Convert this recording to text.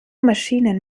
maschinen